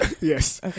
Yes